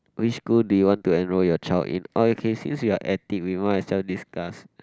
which school do you want to enrol your child in or you can use since you're at it we might as well discuss